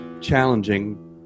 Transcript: challenging